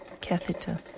catheter